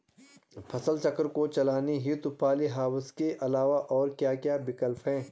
फसल चक्र को चलाने हेतु पॉली हाउस के अलावा और क्या क्या विकल्प हैं?